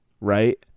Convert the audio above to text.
right